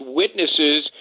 witnesses